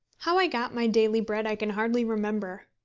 how i got my daily bread i can hardly remember.